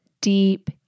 deep